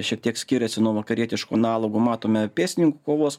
šiek tiek skiriasi nuo vakarietiškų analogų matome pėstininkų kovos